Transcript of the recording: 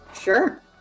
Sure